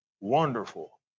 wonderful